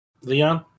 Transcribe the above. Leon